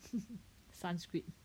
sanskrit